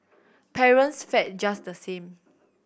parents fared just the same